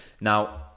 Now